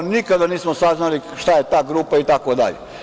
Nikada nismo saznali šta je ta grupa itd.